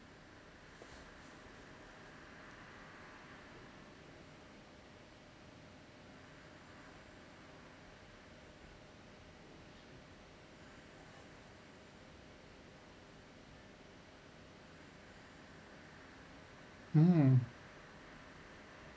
hmm